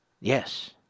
Yes